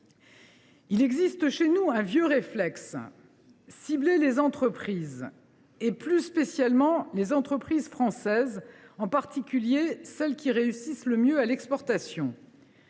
Il existe chez nous un vieux réflexe : cibler les entreprises, plus spécialement les entreprises françaises, en particulier celles qui réussissent le mieux à l’exportation.